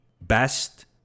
best